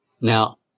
Now